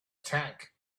tank